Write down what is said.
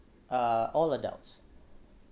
uh all adults